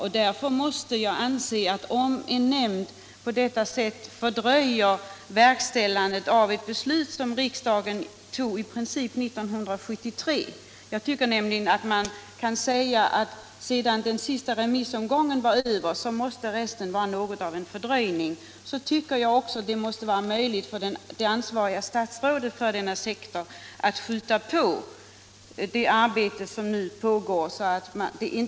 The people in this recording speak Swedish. En nämnd fördröjer alltså på detta sätt verkställandet av ett beslut som riksdagen tog i princip 1973 — jag tycker nämligen att man kan säga att sedan den sista remissomgången var över måste resten vara något av en fördröjning. Då tycker jag också att det måste vara möjligt för det statsråd som är ansvarig för denna sektor att påskynda det arbete som nu pågår.